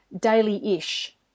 daily-ish